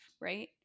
right